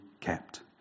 kept